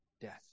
death